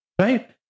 right